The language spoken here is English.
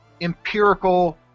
empirical